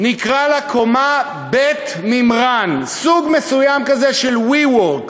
נקרא לקומה "בית מימרן" סוג מסוים כזה של WeWork: